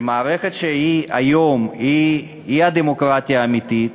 שהמערכת כפי שהיא היום היא הדמוקרטיה האמיתית,